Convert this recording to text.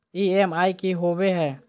EMI की होवे है?